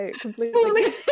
completely